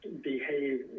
behave